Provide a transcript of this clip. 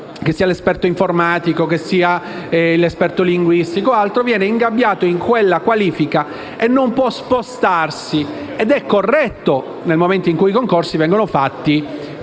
contabile, esperto informatico, linguistico o altro) viene ingabbiato in quella qualifica e non può spostarsi. È corretto nel momento in cui i concorsi vengono fatti